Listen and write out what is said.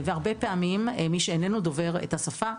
הרבה פעמים מי שאיננו דובר את השפה,